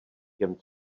těm